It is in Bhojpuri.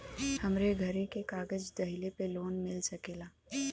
हमरे घरे के कागज दहिले पे लोन मिल सकेला?